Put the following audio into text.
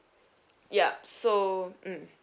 yup so mm